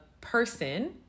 person